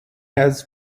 has